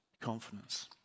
confidence